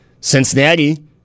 Cincinnati